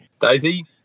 Daisy